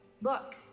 look